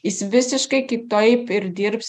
jis visiškai kitoip ir dirbs